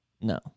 no